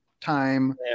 time